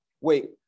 wait